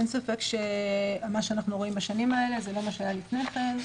אין ספק שמה שאנחנו רואים בשנים האלה זה לא מה שהיה לפני כן.